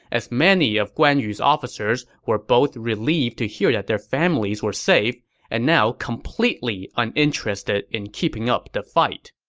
as many of guan yu's officers were both relieved to hear that their families were safe and now completely uninterested in keeping up the fight